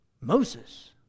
Moses